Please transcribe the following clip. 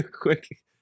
quick